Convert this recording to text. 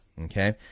okay